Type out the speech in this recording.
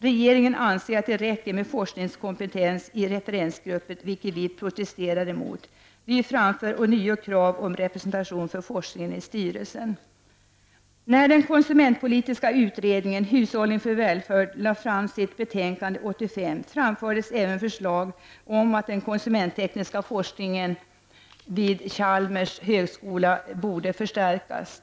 Regeringen anser att det räcker med forskningskompetens i referensgruppen, vilket vi protesterar emot. Vi framför därför ånyo krav på att forskningen skall vara representerad i styrelsen. När den konsumentpolitiska utredningen Hushållning för välfärd lade fram sitt betänkande 1985 framfördes även förslag om att den konsumenttekniska forskningen vid Chalmers Tekniska högskola borde förstärkas.